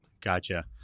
Gotcha